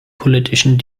politischen